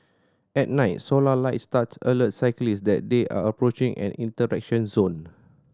at night solar light studs alert cyclists that they are approaching an interaction zone